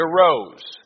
arose